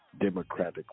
democratic